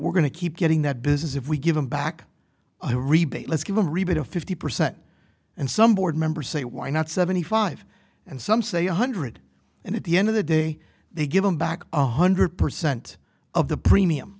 we're going to keep getting that business if we give them back a rebate let's give them a rebate of fifty percent and some board member say why not seventy five and some say one hundred and at the end of the day they give them back a hundred percent of the premium